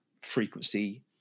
frequency